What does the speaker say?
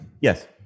yes